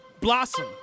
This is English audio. Blossom